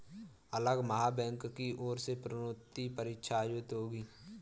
अगले माह बैंक की ओर से प्रोन्नति परीक्षा आयोजित होगी